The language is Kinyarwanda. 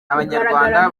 abanyarwanda